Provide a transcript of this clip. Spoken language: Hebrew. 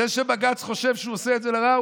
זה שבג"ץ חושב שהוא עושה את זה לרעה,